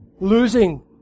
losing